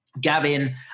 Gavin